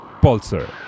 Pulsar